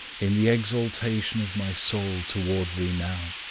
in the exaltation of my soul toward thee now,